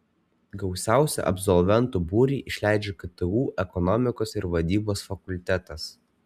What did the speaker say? gausiausią absolventų būrį išleidžia ktu ekonomikos ir vadybos fakultetas